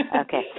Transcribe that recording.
Okay